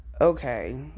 Okay